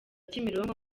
kimironko